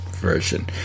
version